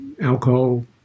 alcohol